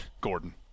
Gordon